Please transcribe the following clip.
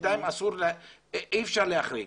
בינתיים אי אפשר להחריג,